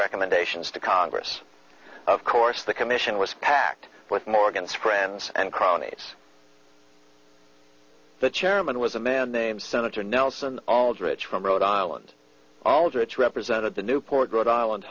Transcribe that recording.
recommendations to congress of course the commission was packed with morgan's friends and cronies the chairman was a man named senator nelson aldrich from rhode island aldrich represented the newport rhode island